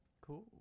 cool